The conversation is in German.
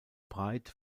breit